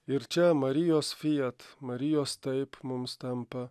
ir čia marijos fiat marijos taip mums tampa